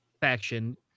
faction